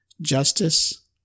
justice